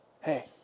Hey